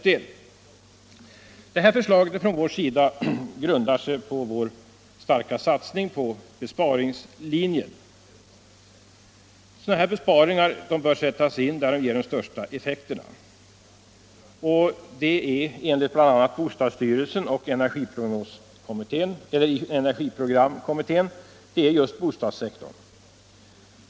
Detta vårt förslag grundar sig på vår starka satsning på en besparingslinje. Sådana här besparingar bör sättas in där de ger de största effekterna, och det är enligt bl.a. bostadsstyrelsen och energiprogramkommittén just bostadssektorn.